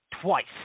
twice